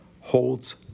holds